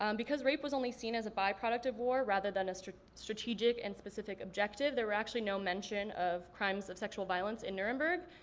um because rape was only seen as a byproduct of war, rather than a strategic and specific objective, there were actually no mention of crimes of sexual violence in nuremberg,